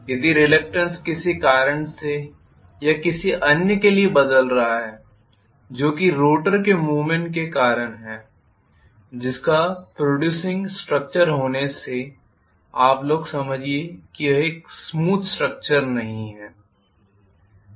यदि रिलक्टेन्स किसी कारण से या किसी अन्य के लिए बदल रहा है जो कि रोटर के मूवमेंट के कारण है जिसका प्रोट्रूडिंग स्ट्रक्चर होने से आप लोग समझिए कि यह एक स्मूद स्ट्रक्चर नहीं है